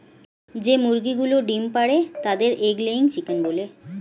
যে মুরগিগুলো ডিম পাড়ে তাদের এগ লেয়িং চিকেন বলে